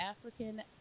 African